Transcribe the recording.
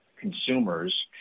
consumers